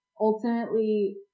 ultimately